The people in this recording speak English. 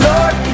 Lord